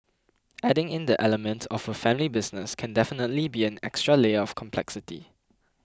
adding in the element of a family business can definitely be an extra layer of complexity